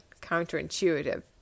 counterintuitive